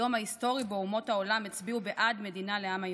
היום ההיסטורי שבו אומות העולם הצביעו בעד מדינה לעם היהודי.